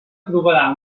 aprovarà